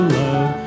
love